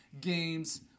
games